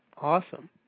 Awesome